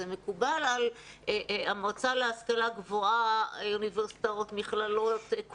זה מקובל על המל"ג, אוניברסיטאות, מכללות, כולם.